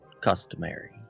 customary